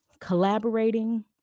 collaborating